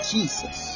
Jesus